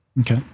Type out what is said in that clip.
Okay